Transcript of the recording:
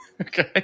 Okay